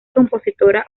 compositora